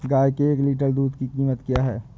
गाय के एक लीटर दूध की कीमत क्या है?